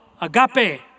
Agape